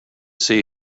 see